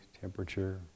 temperature